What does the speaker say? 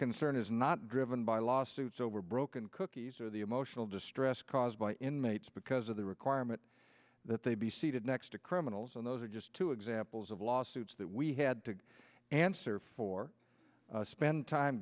concern is not driven by lawsuits over broken cookies or the emotional distress caused by inmates because of the requirement that they be seated next to criminals and those are just two examples of lawsuits that we had to answer for spend time